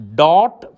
dot